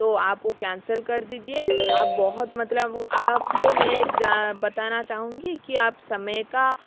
तो आप वो कैंसल कर दीजिए आप बहुत मतलब आप को मैं बताना चाहूँगी कि आप समय का